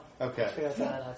Okay